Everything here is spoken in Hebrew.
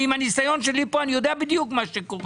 אני עם הניסיון שלי פה אני יודע בדיוק מה שקורה.